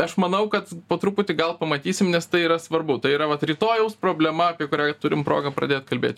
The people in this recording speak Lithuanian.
aš manau kad po truputį gal pamatysim nes tai yra svarbu tai yra vat rytojaus problema apie kurią turim progą pradėt kalbėt